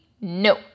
no